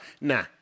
Nah